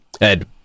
Ed